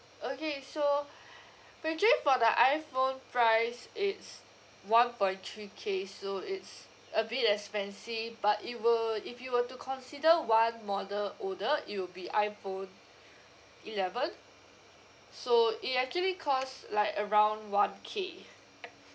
okay so usually for the iphone price it's one point three K so it's a bit expensive but it will if you were to consider one model older it will be iphone eleven so it actually cost like around one K